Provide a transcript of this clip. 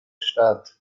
start